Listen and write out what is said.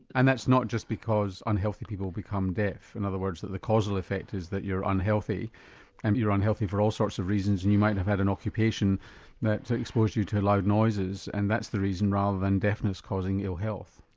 and that's not just because unhealthy people become deaf. in other words that the cause and effect is that you're unhealthy and you're unhealthy for all sorts of reasons and you might have had an occupation that exposed you to loud noises and that's the reason rather than deafness causing ill health?